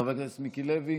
חבר הכנסת מיקי לוי,